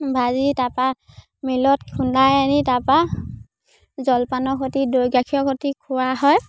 ভাজি তাৰপৰা মিলত খুন্দাই আনি তাৰপৰা জলপানৰ সৈতে দৈ গাখীৰৰ সৈতে খোৱা হয়